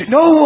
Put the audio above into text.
no